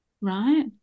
right